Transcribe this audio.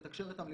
לתקשר אתם,